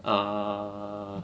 err